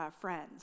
friends